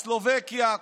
סלובקיה,